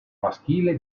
maschile